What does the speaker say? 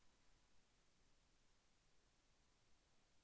పంట ఋణం ఎన్ని వాయిదాలలో చెల్లించాలి?